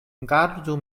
gardu